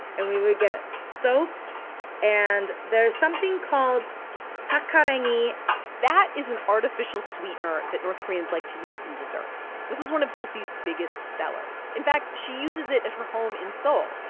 and we would get soaps and there's something called saccharin but that is an artificial sweetener that north koreans like to use in desserts. this was one of jessie's biggest sellers. in fact, she uses it at her home in seoul.